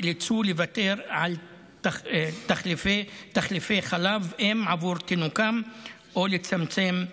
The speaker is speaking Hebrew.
נאלצו לוותר על תחליפי חלב אם עבור תינוקם או לצמצם